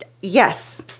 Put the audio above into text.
yes